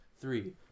three